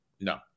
No